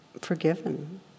forgiven